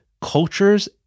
cultures